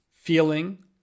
Feeling